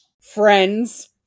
Friends